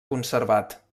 conservat